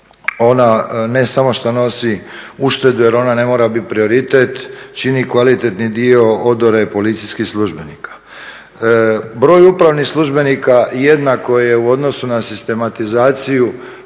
ona ne samo što nosi uštede jer ona ne mora biti prioritet, čini kvalitetni dio odore policijskih službenika. Broj upravnih službenika jednako je u odnosu na sistematizaciju